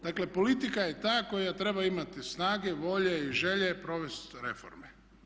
Dakle politika je ta koja treba imati snage, volje i želje provesti reforme.